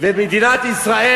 ומדינת ישראל